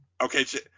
okay